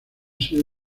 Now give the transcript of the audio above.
sido